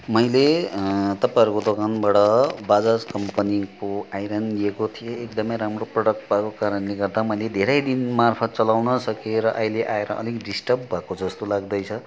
मैले तपाईँहरूको दोकानबाट बाजाज कम्पनीको आइरन लिएको थिएँ एकदमै राम्रो प्रडक्ट भएको कारणले गर्दा मैले धेरै दिन मार्फत् चलाउन सकेँ र अहिले आएर अलिक डिस्टर्ब भएको जस्तो लाग्दैछ